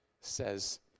says